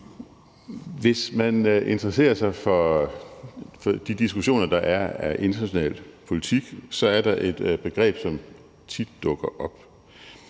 Hvis man interesserer sig for de diskussioner, der er af international politik, så er der et begreb, som tit dukker op,